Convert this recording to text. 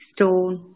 Stone